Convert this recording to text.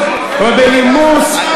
יש לכם יותר מדי מרץ.